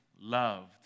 loved